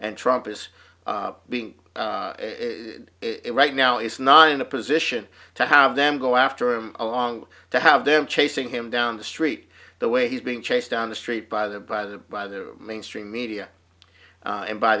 and trump is being right now it's not in a position to have them go after him along to have them chasing him down the street the way he's being chased down the street by the by the by the mainstream media and by